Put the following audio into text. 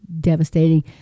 devastating